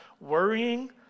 Worrying